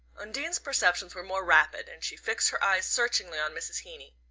undine's perceptions were more rapid, and she fixed her eyes searchingly on mrs. heeny.